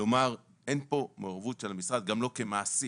כלומר אין פה מעורבות של המשרד גם לא כמעסיק